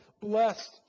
blessed